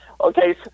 Okay